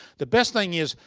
the best thing is,